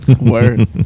Word